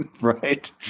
right